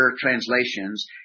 translations